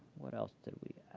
what else did we